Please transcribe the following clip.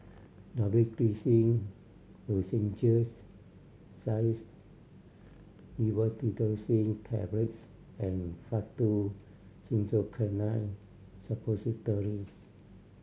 Dorithricin Lozenges Xyzal Levocetirizine Tablets and Faktu Cinchocaine Suppositories